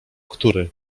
który